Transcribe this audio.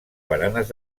baranes